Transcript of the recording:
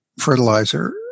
Fertilizer